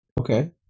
Okay